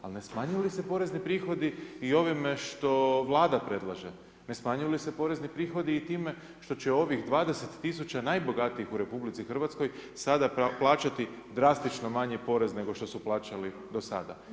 Ali ne smanjuju li se porezni prihodi i ovime što Vlada predlaže, ne smanjuju li se porezni prihodi i time što će ovih 20 000 najbogatijih u RH sada plaćati drastično manji porez nego što su plaćali do sada?